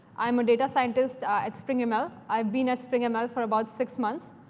i'm a data scientist ah at springml. i've been at springml for about six months.